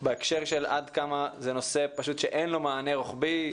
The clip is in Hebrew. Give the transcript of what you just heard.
בהקשר של עד כמה זה נושא שפשוט אין לו מענה רוחבי,